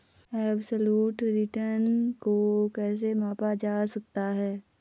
Absolute return को कैसे मापा जा सकता है?